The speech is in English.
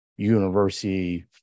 university